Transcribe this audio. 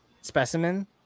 specimen